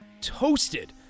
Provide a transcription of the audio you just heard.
toasted